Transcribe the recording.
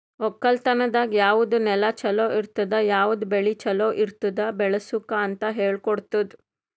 ಒಕ್ಕಲತನದಾಗ್ ಯಾವುದ್ ನೆಲ ಛಲೋ ಇರ್ತುದ, ಯಾವುದ್ ಬೆಳಿ ಛಲೋ ಇರ್ತುದ್ ಬೆಳಸುಕ್ ಅಂತ್ ಹೇಳ್ಕೊಡತ್ತುದ್